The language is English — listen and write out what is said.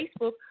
Facebook